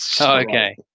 okay